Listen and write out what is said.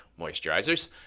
moisturizers